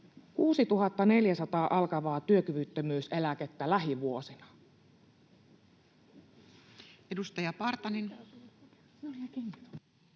6 400 alkavaa työkyvyttömyyseläkettä lähivuosina?